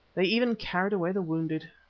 they even carried away the wounded.